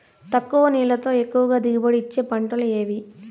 తక్కువ నీళ్లతో ఎక్కువగా దిగుబడి ఇచ్చే పంటలు ఏవి?